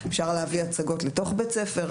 אפשר להביא הצגות לתוך בית ספר.